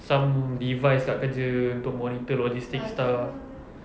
some device dekat kerja untuk monitor logistic stuff